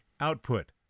output